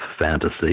fantasy